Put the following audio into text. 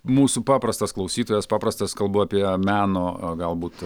mūsų paprastas klausytojas paprastas kalbu apie meno galbūt